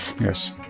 Yes